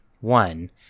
one